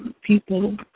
people